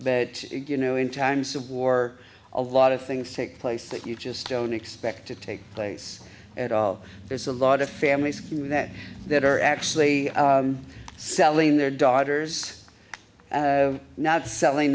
that you know in times of war a lot of things take place that you just don't expect to take place at all there's a lot of families in that that are actually selling their daughters not selling